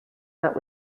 that